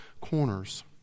corners